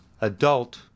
Adult